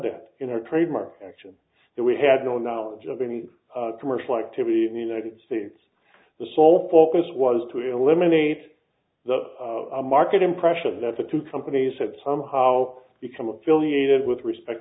d in their trademark action that we had no knowledge of any commercial activity in the united states the sole focus was to eliminate the market impression that the two companies had somehow become affiliated with respect